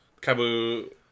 Kabu